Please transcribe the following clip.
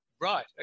Right